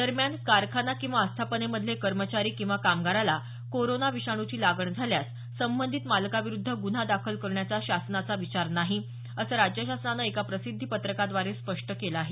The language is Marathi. दरम्यान कारखाना किंवा आस्थापनेमधले कर्मचारी किंवा कामगाराला कोरोना विषाणूची लागण झाल्यास संबंधित मालकाविरुद्ध गुन्हा दाखल करण्याचा शासनाचा विचार नाही असं राज्य शासनानं एका प्रसिद्ध पत्रकाद्वारे स्पष्ट केलं आहे